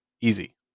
easy